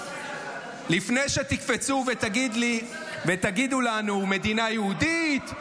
לפני שתקפצו ותגידו לנו: מדינה יהודית,